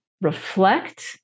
reflect